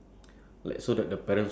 as in like the